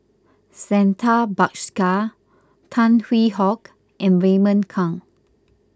Santha Bhaskar Tan Hwee Hock and Raymond Kang